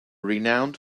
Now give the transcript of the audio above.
renowned